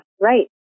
right